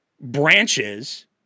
branches